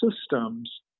systems